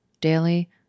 daily